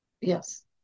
Yes